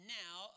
now